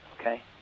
Okay